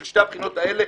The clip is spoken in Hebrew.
של שתי הבחינות האלה,